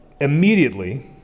immediately